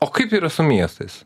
o kaip yra su miestais